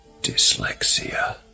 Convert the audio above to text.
Dyslexia